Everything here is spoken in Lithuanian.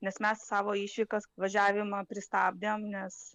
nes mes savo išvykas važiavimą pristabdėm nes